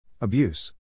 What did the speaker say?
Abuse